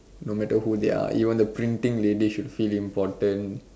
no matter who they are even the printing lady should feel important